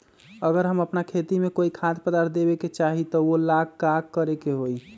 अगर हम अपना खेती में कोइ खाद्य पदार्थ देबे के चाही त वो ला का करे के होई?